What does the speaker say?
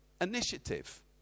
initiative